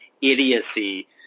idiocy